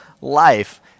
life